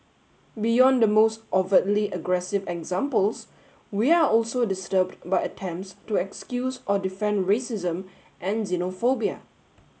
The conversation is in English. beyond the most overtly aggressive examples we are also disturbed by attempts to excuse or defend racism and xenophobia